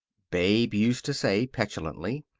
babe used to say petulantly,